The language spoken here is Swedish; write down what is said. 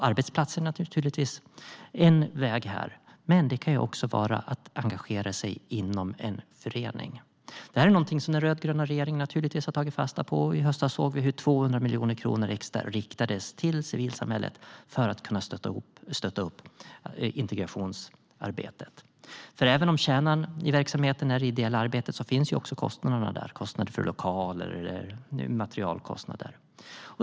Arbetsplatser är naturligtvis en väg, men också att engagera sig i en förening kan vara en väg. Detta är något som den rödgröna regeringen har tagit fasta på. I höstas såg vi hur 200 miljoner extra riktades till civilsamhället för att stötta integrationsarbetet. Även om kärnan i verksamheten är det ideella arbetet finns också kostnaderna där. Det är lokalkostnader och materialkostnader.